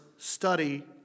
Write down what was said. study